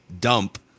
dump